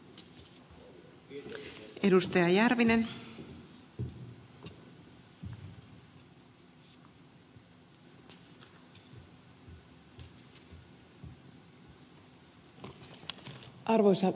arvoisa rouva puhemies